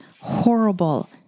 horrible